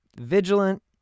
vigilant